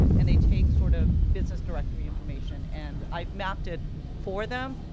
and they take sort of business directory information, and i've mapped it for them,